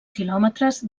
quilòmetres